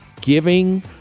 giving